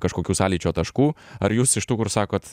kažkokių sąlyčio taškų ar jūs iš tų kur sakot